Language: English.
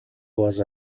was